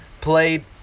Played